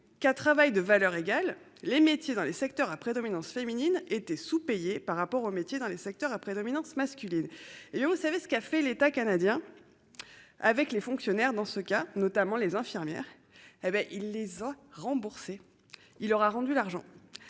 qu'à travail de valeur égale les métiers dans les secteurs à prédominance féminine était sous-payés par rapport au métier dans les secteurs à prédominance masculine et vous savez ce qu'a fait l'État canadien. Avec les fonctionnaires. Dans ce cas, notamment les infirmières et ben il les a remboursés. Il leur a rendu l'argent.